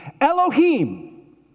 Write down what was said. Elohim